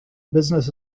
business